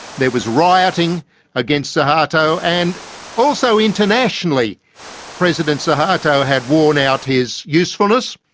there was rioting against suharto. and also internationally president suharto had worn out his usefulness.